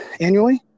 annually